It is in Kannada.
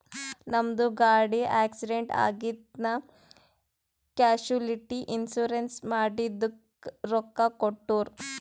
ನಮ್ದು ಗಾಡಿ ಆಕ್ಸಿಡೆಂಟ್ ಆಗಿತ್ ನಾ ಕ್ಯಾಶುಲಿಟಿ ಇನ್ಸೂರೆನ್ಸ್ ಮಾಡಿದುಕ್ ರೊಕ್ಕಾ ಕೊಟ್ಟೂರ್